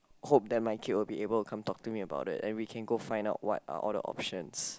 hope that my kid will be able to come talk to me about it and we can go find out what are all the options